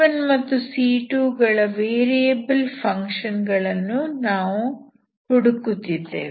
c1 ಮತ್ತು c2 ಗಳ variable function ಗಳನ್ನು ನಾವು ಹುಡುಕುತ್ತಿದ್ದೇವೆ